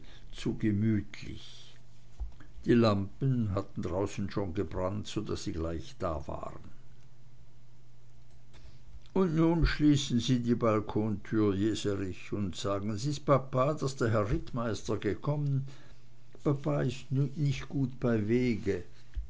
zu gemütlich die lampen hatten draußen schon gebrannt so daß sie gleich da waren und nun schließen sie die balkontür jeserich und sagen sie's papa daß der herr rittmeister gekommen papa ist nicht gut bei wege